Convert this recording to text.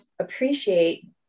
appreciate